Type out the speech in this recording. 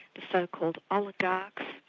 the so-called oligarchs,